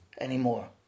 anymore